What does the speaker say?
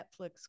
netflix